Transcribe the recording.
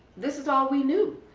this is all we knew.